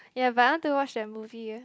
ya but I want to watch that movie eh